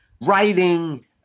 writing